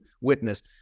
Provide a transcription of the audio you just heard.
witness